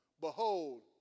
Behold